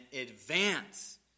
advance